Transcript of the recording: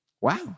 Wow